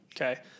Okay